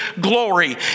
glory